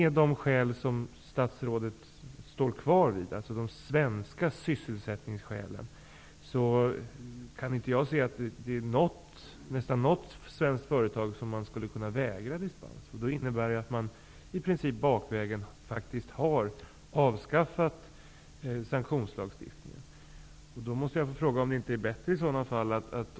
Med de skäl, de svenska sysselsättningsskälen, som statsrådet står kvar vid, kan inte jag se att man skulle kunna vägra något svenskt företag dispens. Det innebär att man i princip faktiskt har avskaffat sanktionslagstiftningen bakvägen.